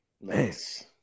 Nice